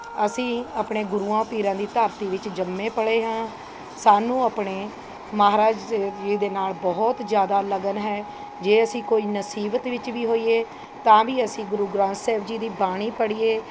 ਅਸੀਂ ਆਪਣੇ ਗੁਰੂਆਂ ਪੀਰਾਂ ਦੀ ਧਰਤੀ ਵਿੱਚ ਜੰਮੇ ਪਲ਼ੇ ਹਾਂ ਸਾਨੂੰ ਆਪਣੇ ਮਹਾਰਾਜ ਜੀ ਦੇ ਨਾਲ਼ ਬਹੁਤ ਜ਼ਿਆਦਾ ਲਗਨ ਹੈ ਜੇ ਅਸੀਂ ਕੋਈ ਨਸੀਬਤ ਵਿੱਚ ਵੀ ਹੋਈਏ ਤਾਂ ਵੀ ਅਸੀਂ ਗੁਰੂ ਗ੍ਰੰਥ ਸਾਹਿਬ ਜੀ ਦੀ ਬਾਣੀ ਪੜ੍ਹੀਏ